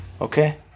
okay